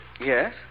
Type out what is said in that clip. Yes